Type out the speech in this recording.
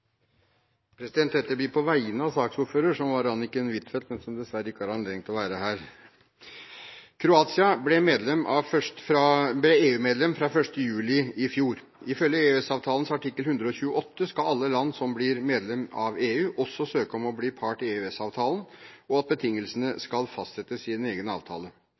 Dette blir på vegne av saksordføreren, Anniken Huitfeldt, som dessverre ikke har anledning til å være her. Kroatia ble EU-medlem fra 1. juli i fjor. Ifølge EØS-avtalen artikkel 128 skal alle land som blir medlemmer av EU, også søke om å bli part i EØS-avtalen, og betingelsene skal fastsettes i en egen avtale.